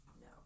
No